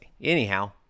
Anyhow